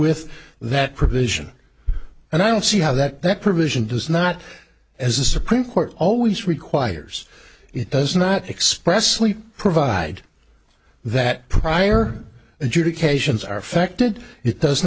with that provision and i don't see how that that provision does not as the supreme court always requires it does not express sleep provide that prior adjudications are affected it does